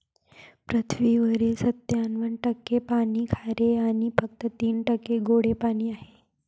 पृथ्वीवरील सत्त्याण्णव टक्के पाणी खारे आणि फक्त तीन टक्के गोडे पाणी आहे